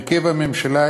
הרכב הממשלה,